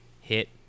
hit